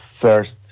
first